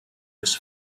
was